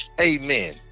Amen